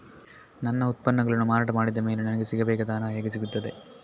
ನನ್ನ ಉತ್ಪನ್ನಗಳನ್ನು ಮಾರಾಟ ಮಾಡಿದ ಮೇಲೆ ನನಗೆ ಸಿಗಬೇಕಾದ ಹಣ ಹೇಗೆ ಸಿಗುತ್ತದೆ?